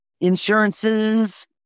insurances